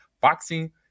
boxing